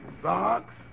Socks